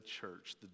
church